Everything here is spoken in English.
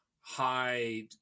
high